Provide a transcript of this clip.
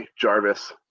Jarvis